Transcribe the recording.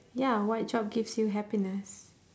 ya what job gives you happiness